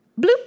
bloop